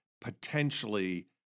potentially